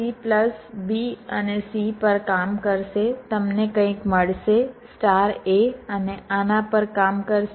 તેથી plus B અને C પર કામ કરશે તમને કંઈક મળશે સ્ટાર A અને આના પર કામ કરશે